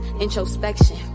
introspection